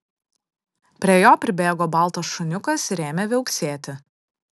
prie jo pribėgo baltas šuniukas ir ėmė viauksėti